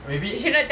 maybe